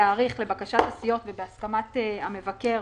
לבקשת הסיעות, ובהסכמת המבקר,